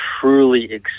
truly